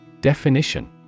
Definition